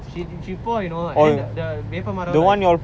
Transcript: she she pour you know and then the வேப்பமரம்:vaepamaram like